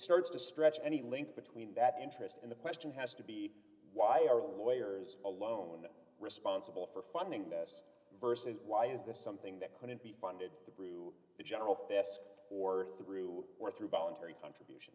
starts to stretch any link between that interest and the question has to be why are all the lawyers alone responsible for funding this versus why is this something that couldn't be funded through the general fest or through or through voluntary contribution